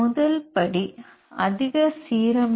முதல் படி அதிக சீரமைப்பு டாட் பை